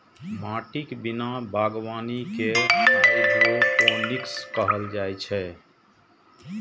माटिक बिना बागवानी कें हाइड्रोपोनिक्स कहल जाइ छै